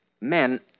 men